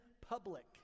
public